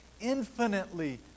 infinitely